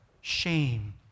shame